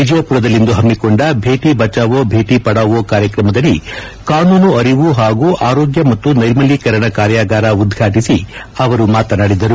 ವಿಜಯಪುರದಲ್ಲಿಂದು ಹಮ್ನಿಕೊಂಡ ಭೇಟಿ ಬಚಾವೊ ಭೇಟಿ ಪಡಾವೋ ಕಾರ್ಯಕ್ರಮದಡಿ ಕಾನೂನು ಅರಿವು ಹಾಗೂ ಆರೋಗ್ಯ ಮತ್ತು ನೈರ್ಮಲೀಕರಣ ಕಾರ್ಯಗಾರ ಉದ್ವಾಟಿಸಿ ಅವರು ಮಾತಾನಾಡಿದರು